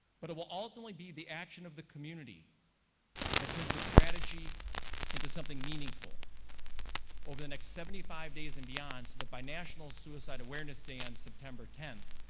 but it will ultimately be the action of the community that turns the strategy into something meaningful over the next seventy five days and beyond, so that by national suicide awareness day on september tenth,